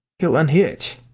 he'll unhitch.